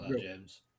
James